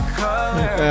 color